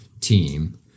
team